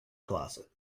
closet